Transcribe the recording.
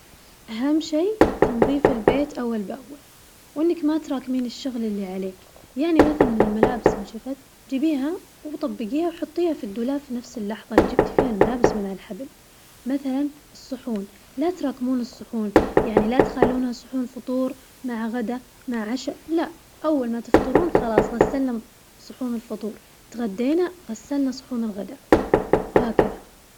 أهم شي تنظيف البيت أول بأول، وإنك ما تراكمين الشغل اللي عليك، يعني مثلاً الملابس نشفت جيبيبها وطبقيها وحطيها في الدولاب في نفس اللحظة اللي جبتي فيها الملابس من ع الحبل، مثلاً الصحون لا تراكمون الصحون يعني لا تخلونها صحون فطور مع غدا مع عشا لا أول ما تفطرون خلاص غسلنا صحون الفطور، تغدينا غسلنا صحون الغدا وهكذا.